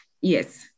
Yes